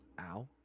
Ow